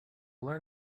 learn